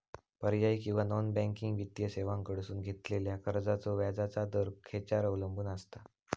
पर्यायी किंवा non banking वित्तीय सेवांकडसून घेतलेल्या कर्जाचो व्याजाचा दर खेच्यार अवलंबून आसता?